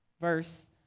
verse